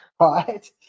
Right